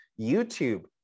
YouTube